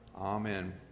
Amen